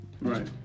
Right